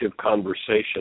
conversation